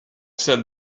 said